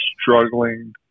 struggling